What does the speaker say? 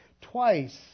Twice